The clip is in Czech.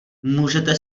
můžete